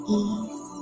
ease